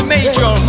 Major